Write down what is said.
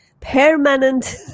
permanent